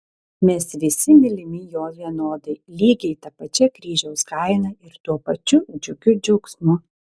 mes visi mylimi jo vienodai lygiai ta pačia kryžiaus kaina ir tuo pačiu džiugiu džiaugsmu